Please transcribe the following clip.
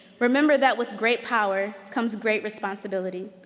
remember that with great power comes great responsibility.